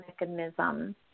mechanism